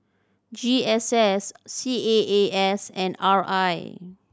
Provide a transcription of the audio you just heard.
G S S C A A S and R I